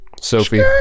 Sophie